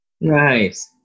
nice